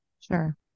Sure